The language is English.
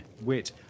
Wit